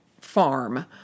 farm